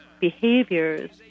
behaviors